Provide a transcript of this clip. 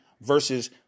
versus